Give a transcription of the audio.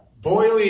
boiling